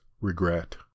regret